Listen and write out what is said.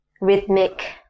rhythmic